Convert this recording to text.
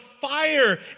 fire